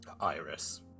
Iris